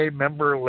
member